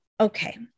okay